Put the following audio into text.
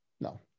no